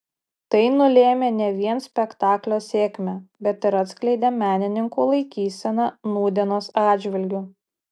tai nulėmė ne vien spektaklio sėkmę bet ir atskleidė menininkų laikyseną nūdienos atžvilgiu